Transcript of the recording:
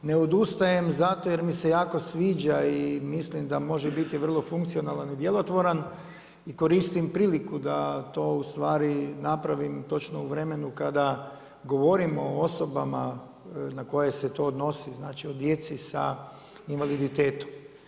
Ne odustajem zato jer mi se jako sviđa i mislim da može biti vrlo funkcionalan i djelotvoran i koristim priliku da to u stvari napravim točno u vremenu kada govorim o osobama na koje se to odnosi, znači o djeci sa invaliditetom.